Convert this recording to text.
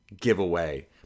giveaway